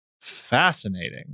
Fascinating